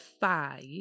five